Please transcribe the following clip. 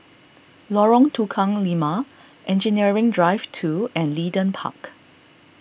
Lorong Tukang Lima Engineering Drive two and Leedon Park